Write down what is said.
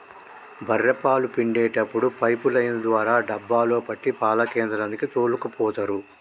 బఱ్ఱె పాలు పిండేప్పుడు పైపు లైన్ ద్వారా డబ్బాలో పట్టి పాల కేంద్రానికి తోల్కపోతరు